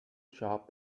shop